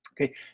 Okay